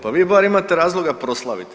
Pa vi bar imate razloga proslaviti.